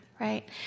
right